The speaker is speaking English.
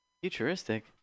Futuristic